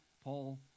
Paul